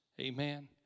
Amen